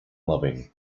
loving